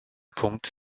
punkt